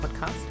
podcast